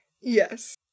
Yes